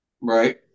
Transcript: Right